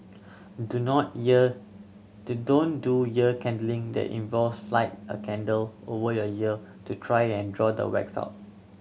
do not ear do don't do ear candling that involves light a candle over your ear to try and draw the wax out